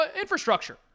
infrastructure